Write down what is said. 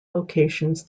locations